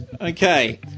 Okay